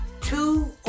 two